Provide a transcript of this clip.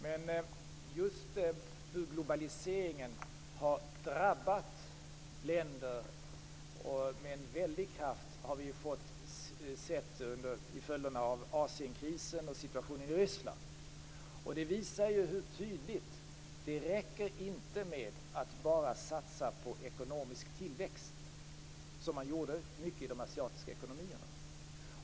Men just hur globaliseringen har drabbat länder med en väldig kraft har vi sett följderna av i Asienkrisen och situationen i Ryssland. Det visar ju tydligt att det inte räcker med att bara satsa på ekonomisk tillväxt, som man gjorde i stor utsträckning i de asiatiska ekonomierna.